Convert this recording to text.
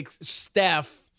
Steph